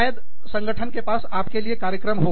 शायद संगठन के पास आपके लिए कार्यक्रम हो